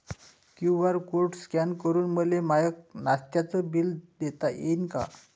QR code scan करून मले माय नास्त्याच बिल देता येईन का?